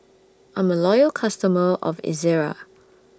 I'm A Loyal customer of Ezerra